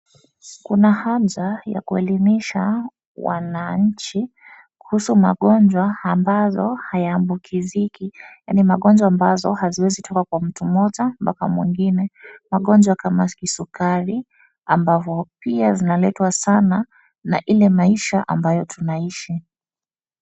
Kuna haja ya kuelimisha wananchi kuhusu magonjwa ambazo hayaambukiziki yaani magonjwa ambazo haziwezitoka kwa mtu mmoja mpaka mwingine. Magonjwa kama kisukari ambavo pia zinaletwa sana na ile maisha ambayo tunaishi.